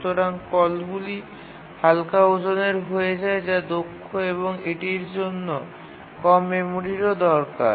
সুতরাং কলগুলি হালকা ওজনের হয়ে যায় যা দক্ষ এবং এটির জন্য কম মেমরিও দরকার